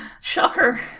Shocker